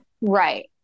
Right